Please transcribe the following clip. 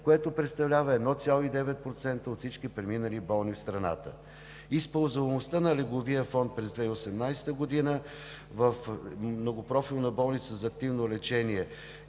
което представлява 1,9% от всички преминали болни в страната. Използваемостта на легловия фонд през 2018 г. в Многопрофилна болница за активно лечение